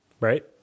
Right